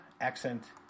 accent